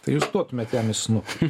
tai jūs duotumėt jam į snukį